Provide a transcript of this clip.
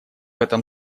этом